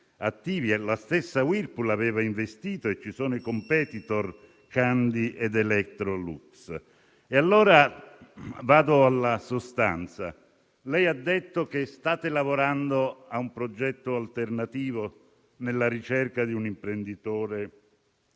la stessa Whirlpool aveva investito e ci sono i *competitor* Candy ed Electrolux. Vado allora alla sostanza, Ministro. Lei ha detto che state lavorando a un progetto alternativo nella ricerca di un imprenditore